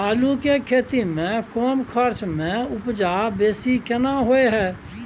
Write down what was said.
आलू के खेती में कम खर्च में उपजा बेसी केना होय है?